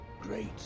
Great